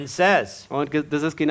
says